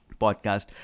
Podcast